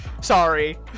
sorry